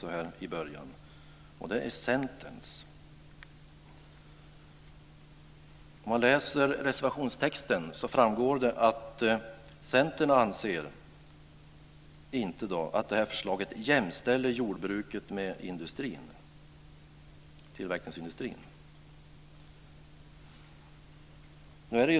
Det handlar om Centerns reservation. Om man läser reservationstexten framgår det att Centern inte anser att detta förslag jämställer jordbruket med tillverkningsindustrin.